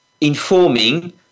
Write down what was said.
informing